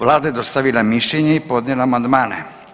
Vlada je dostavila mišljenje i podnijela amandmane.